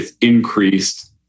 increased